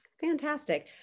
fantastic